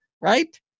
right